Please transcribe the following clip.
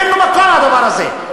אין, לא מוכר הדבר הזה.